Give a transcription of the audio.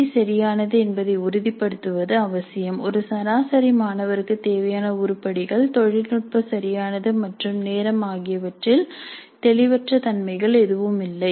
மொழி சரியானது என்பதை உறுதிப்படுத்துவது அவசியம் ஒரு சராசரி மாணவருக்குத் தேவையான உருப்படிகள் தொழில்நுட்ப சரியானது மற்றும் நேரம் ஆகியவற்றில் தெளிவற்ற தன்மைகள் எதுவும் இல்லை